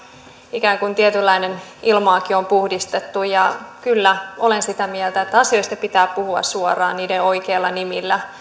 ikään kuin tietyllä lailla ilmaakin on puhdistettu kyllä olen sitä mieltä että asioista pitää puhua suoraan niiden oikeilla nimillä